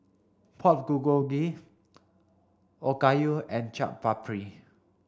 Pork Bulgogi Okayu and Chaat Papri